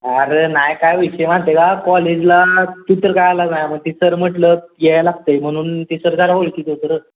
अरे नाही काय विषय माहिती आहे का कॉलेजला तू तर काय आला नाही मग ती सर म्हटलं यावं लागतं आहे म्हणून ती सर जरा ओळखीचं होते रे